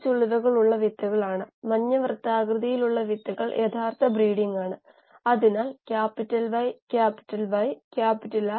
ചുഴി രൂപപ്പെടുന്നത് നിർത്താൻ നിങ്ങൾക്ക് സ്ട്രിപ്പുകൾ ഉണ്ട് നേർത്ത സ്ട്രിപ്പുകൾ വിപരീത വ്യാസത്തിൽ ഏകദേശം 4 സ്ട്രിപ്പുകൾ ഉണ്ട്